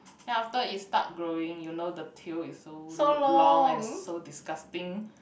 then after it start growing you know the tail is so long and so disgusting